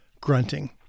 grunting